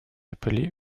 appelés